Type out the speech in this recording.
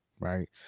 Right